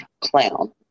clown